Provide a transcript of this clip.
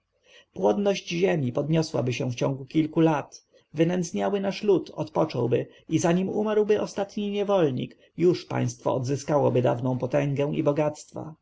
płodność ziemi podniosłaby się w ciągu kilku lat wynędzniały nasz lud odpocząłby i zanim umarłby ostatni niewolnik już państwo odzyskałoby dawną potęgę i bogactwa